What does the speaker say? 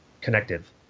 connective